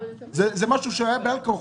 זה משהו שהיה בעל כורחו.